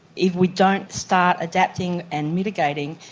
if we don't start adapting and mitigating,